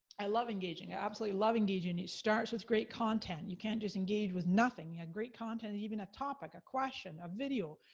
i love engaging, i absolutely love engaging. it starts with great content. you can't just engage with nothing. you had great content even at topic, a question, a video,